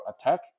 attack